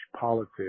politics